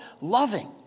loving